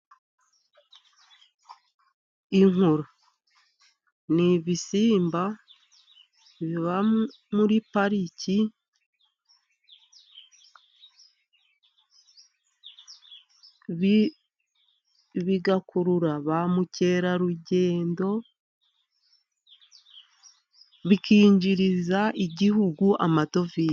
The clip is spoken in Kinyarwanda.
Inkuru，ni ibisimba biba muri pariki， bigakurura ba mukerarugendo， bikinjiriza igihugu amadovize.